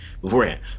beforehand